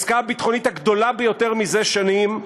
העסקה הביטחונית הגדולה ביותר מזה שנים,